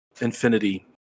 Infinity